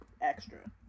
extra